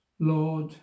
Lord